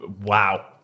Wow